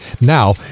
Now